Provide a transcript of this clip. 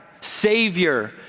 Savior